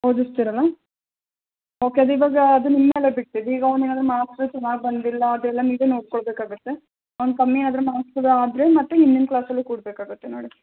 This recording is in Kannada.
ಓದಿಸ್ತೀರಲ್ಲ ಓಕೆ ಅದಿವಾಗ ಅದು ನಿಮ್ಮ ಮೇಲೇ ಬಿಟ್ಟಿದ್ದು ಈಗ ಅವನೇನಾದರು ಮಾರ್ಕ್ಸ್ ಚೆನ್ನಾಗಿ ಬಂದಿಲ್ಲ ಅದೆಲ್ಲ ನೀವೇ ನೋಡಿಕೊಳ್ಬೇಕಾಗತ್ತೆ ಅವ್ನು ಕಮ್ಮಿ ಏನಾದರು ಮಾರ್ಕ್ಸ್ ಎಲ್ಲ ಆದರೆ ಮತ್ತೆ ಹಿಂದಿನ ಕ್ಲಾಸಲ್ಲೇ ಕೂರಬೇಕಾಗತ್ತೆ ನೋಡಿ